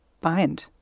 bind